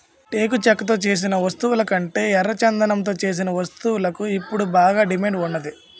టేకు చెక్కతో సేసిన వస్తువులకంటే ఎర్రచందనంతో సేసిన వస్తువులకు ఇప్పుడు బాగా డిమాండ్ ఉన్నాది